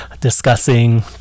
discussing